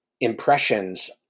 impressions